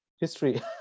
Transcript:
history